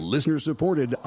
Listener-supported